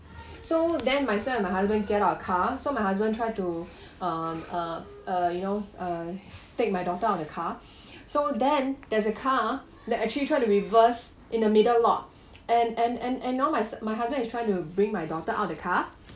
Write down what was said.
so then myself and my husband get out of the car so my husband tried to um uh uh you know uh take my daughter out of the car so then there's a car that actually try to reverse in the middle lot and and and and now my my husband is trying to bring my daughter out of the car